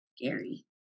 Gary